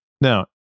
Now